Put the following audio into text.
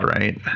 right